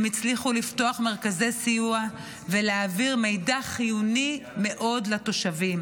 הם הצליחו לפתוח מרכזי סיוע ולהעביר מידע חיוני מאוד לתושבים,